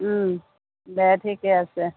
দে ঠিকে আছে